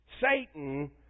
Satan